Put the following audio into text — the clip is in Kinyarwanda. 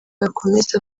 yakomeza